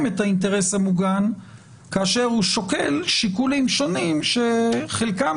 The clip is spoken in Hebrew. את האינטרס המוגן כאשר הוא שוקל שיקולים שונים שחלקם